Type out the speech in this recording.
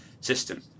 system